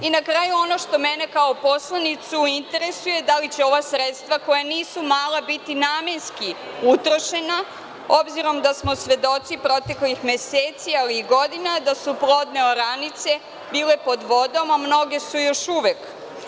Na kraju, ono što mene kao poslanicu interesuje, da li će ova sredstva koja nisu mala biti namenski utrošena, obzirom da smo svedoci proteklih meseci, ali i godina da su plodne oranice bile pod vodom, a mnoge su još uvek?